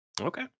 Okay